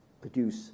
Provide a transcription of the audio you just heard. produce